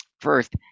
First